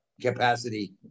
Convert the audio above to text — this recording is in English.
capacity